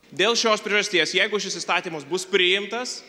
dėl šios priežasties jeigu šis įstatymas bus priimtas